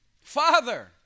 Father